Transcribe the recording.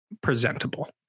presentable